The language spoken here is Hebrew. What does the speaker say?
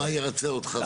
מה ירצה אותך?